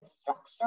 structure